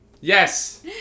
Yes